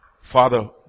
father